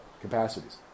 capacities